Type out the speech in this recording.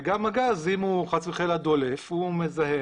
וגם הגז אם הוא חס וחלילה דולף הוא מזהם.